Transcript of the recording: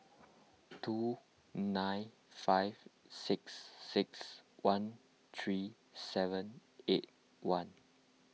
two nine five six six one three seven eight one